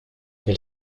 elle